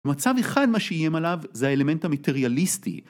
מצב אחד מה שאיים עליו זה האלמנט המטריאליסטי.